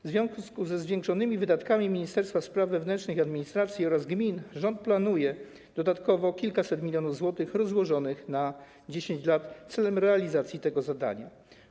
W związku ze zwiększonymi wydatkami Ministerstwa Spraw Wewnętrznych i Administracji oraz gmin rząd planuje dodatkowo kilkaset milionów złotych rozłożonych na 10 lat celem realizacji tego zadania.